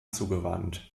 zugewandt